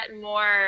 more